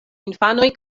infanoj